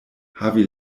havi